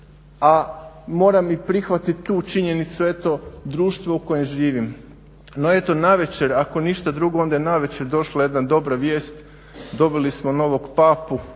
a moram i prihvatit tu činjenicu eto društva u kojem živim. No eto navečer ako ništa drugo onda je navečer došla jedna dobra vijest, dobili smo novog papu